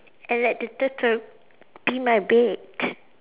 and let the turtle be my bed